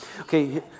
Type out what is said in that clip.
Okay